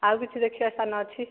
ଆଉ କିଛି ଦେଖିବା ସ୍ଥାନ ଅଛି